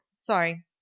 Sorry